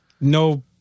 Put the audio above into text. no